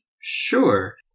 Sure